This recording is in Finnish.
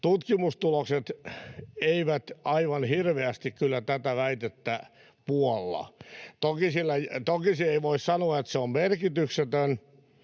tutkimustulokset eivät aivan hirveästi kyllä tätä väitettä puolla. Toki ei voi sanoa, että se on merkityksetön,